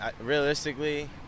realistically